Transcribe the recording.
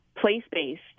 place-based